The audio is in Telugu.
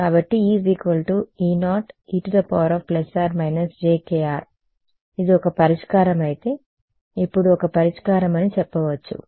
కాబట్టి E E 0 e±jk·r ఇది ఒక పరిష్కారం అయితే ఇప్పుడు ఒక పరిష్కారం అని చెప్పవచ్చు